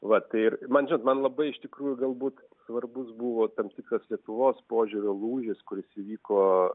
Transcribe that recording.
va tai ir man žinot man labai iš tikrųjų galbūt svarbus buvo tam tikras lietuvos požiūrio lūžis kuris įvyko